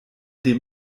dem